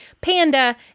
panda